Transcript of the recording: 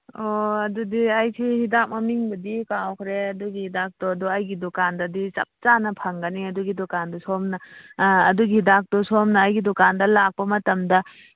ꯑꯣ ꯑꯗꯨꯗꯤ ꯑꯩꯁꯤ ꯍꯤꯗꯥꯛ ꯃꯃꯤꯡꯕꯨꯗꯤ ꯀꯥꯎꯈ꯭ꯔꯦ ꯑꯗꯨꯒꯤ ꯍꯤꯗꯥꯛꯇꯣ ꯑꯗꯣ ꯑꯩꯒꯤ ꯗꯨꯀꯥꯟꯗꯗꯤ ꯆꯞ ꯆꯥꯅ ꯐꯪꯒꯅꯤ ꯑꯗꯨꯒꯤ ꯗꯨꯀꯥꯟꯗꯨ ꯁꯣꯝꯅ ꯑꯗꯨꯒꯤ ꯍꯤꯗꯥꯛꯇꯣ ꯁꯣꯝꯅ ꯑꯩꯒꯤ ꯗꯨꯀꯥꯟꯗ ꯂꯥꯛꯄ ꯃꯇꯝꯗ